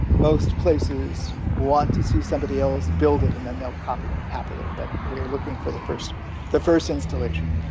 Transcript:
most places what to see somebody else built it and then they will copy it happily. but we are looking for the first the first installation.